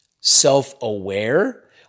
self-aware